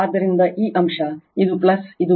ಆದ್ದರಿಂದ ಈ ಅಂಶ ಇದು ಇದು